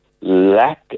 lack